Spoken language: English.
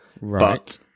Right